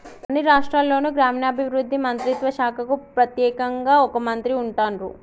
అన్ని రాష్ట్రాల్లోనూ గ్రామీణాభివృద్ధి మంత్రిత్వ శాఖకు ప్రెత్యేకంగా ఒక మంత్రి ఉంటాన్రు